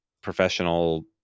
professional